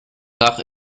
dach